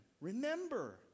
remember